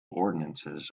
ordinances